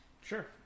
Sure